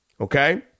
okay